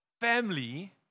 family